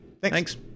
thanks